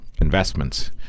investments